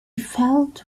felt